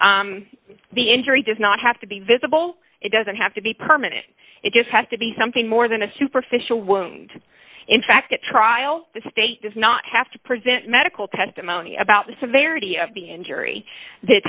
the injury does not have to be visible it doesn't have to be permanent it just has to be something more than a superficial wound in fact at trial the state does not have to present medical testimony about the severity of the injury th